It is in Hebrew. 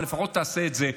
אבל לפחות תעשה את זה,